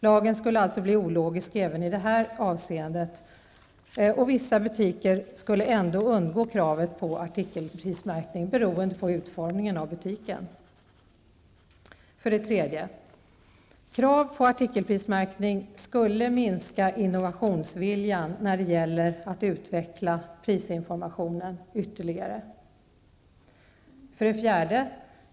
Lagen skulle bli ologisk även i detta avseende. Vissa butiker skulle ändå undgå kravet på artikelprismärkning beroende på utformningen av butiken. 3. Krav på artikelprismärkning skulle minska inovationsviljan när det gäller att utveckla prisinformationen ytterligare. 4.